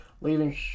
leaving